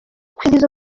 kwizihiza